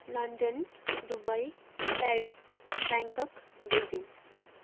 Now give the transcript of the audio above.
London Dubai Paris Bangkok Beijing